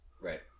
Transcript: Right